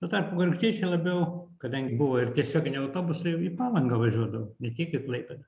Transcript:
tuo tarpu gargždiečiai labiau kadangi buvo ir tiesioginiai autobusai į palangą važiuodavo ne tiek į klaipėdą